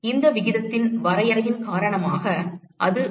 இந்த விகிதத்தின் வரையறையின் காரணமாக அது வரும்